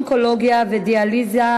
נסים זאב, אפס מתנגדים להצעה.